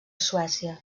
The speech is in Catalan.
suècia